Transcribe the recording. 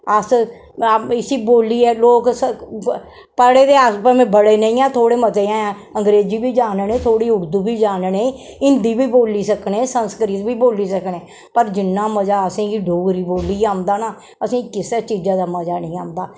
अस इसी बोलियै लोक स ब पढ़े दे अस भमै बड़े नेईं ऐ थोह्ड़े मते हैं अंग्रेजी बी जानने थोह्ड़ी उर्दू बी जानने हिन्दी बी बोली सकने संस्कृत बी बोली सकनें पर जिन्ना मजा असें गी डोगरी बोलियै औंदा ना असें गी किसे चीजा दी मजा नेईं औंदा